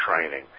training